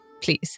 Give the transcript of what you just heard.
Please